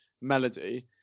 melody